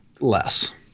less